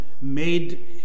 made